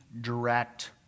direct